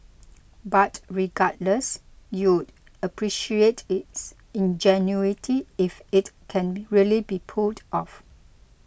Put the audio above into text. but regardless you'd appreciate its ingenuity if it can really be pulled off